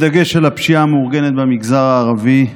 בדגש על הפשיעה המאורגנת במגזר הערבי,